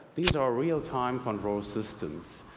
these are real-time control systems.